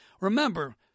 Remember